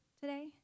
today